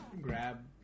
grab